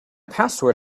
password